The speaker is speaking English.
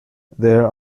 there